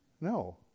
No